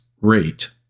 rate